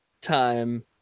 Time